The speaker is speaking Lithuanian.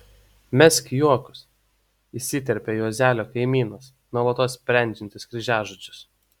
mesk juokus įsiterpia juozelio kaimynas nuolatos sprendžiantis kryžiažodžius